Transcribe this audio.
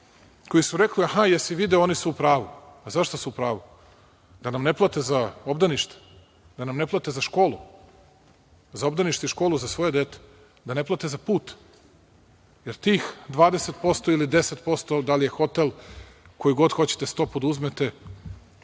koji su rekli, aha jesi li video oni su u pravu.A zašto su u pravu? Da nam ne plate za obdanište, da nam ne plate za školu, za obdanište i školu za svoje dete, da ne plate za put, jer tih 20% ili 10%, da li je hotel koji god hoćete stopu da uzmete,